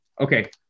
okay